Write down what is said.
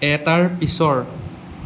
এটাৰ পিছৰ